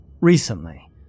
Recently